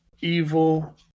Evil